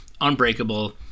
unbreakable